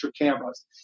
cameras